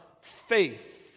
faith